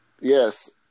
Yes